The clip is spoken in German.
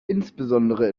insbesondere